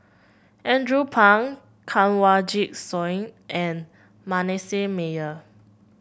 Andrew Phang Kanwaljit Soin and Manasseh Meyer